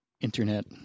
internet